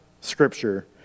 Scripture